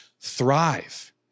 thrive